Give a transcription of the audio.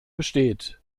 besteht